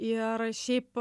ir šiaip